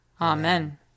Amen